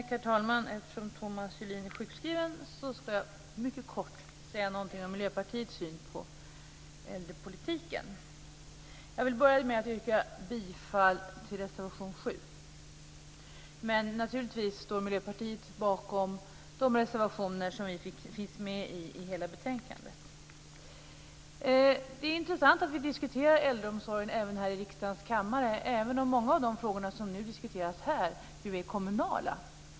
Herr talman! Eftersom Thomas Julin är sjukskriven ska jag mycket kort säga någonting om Miljöpartiets syn på äldrepolitiken. Jag vill börja med att yrka bifall till reservation 7, men naturligtvis står Miljöpartiet bakom alla reservationer där vi finns med i betänkandet. Det är intressant att vi diskuterar äldreomsorgen även här i riksdagens kammare, då ju många av de frågor som diskuteras här är kommunala.